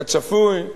כצפוי,